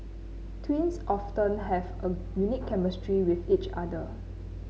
twins often have a unique chemistry with each other